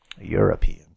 European